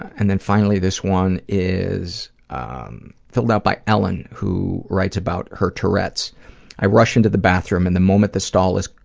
and then finally, this one is ah um filled out by ellen, who writes about her tourette's i rush into the bathroom, and the moment the stall is